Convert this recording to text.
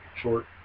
short